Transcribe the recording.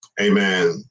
Amen